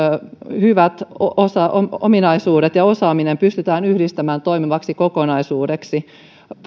hyvät ominaisuudet ja osaaminen pystytään yhdistämään toimivaksi kokonaisuudeksi